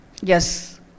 Yes